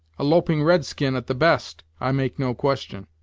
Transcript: a loping red-skin, at the best, i make no question.